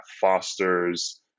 fosters